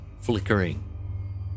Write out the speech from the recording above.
flickering